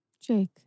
Jake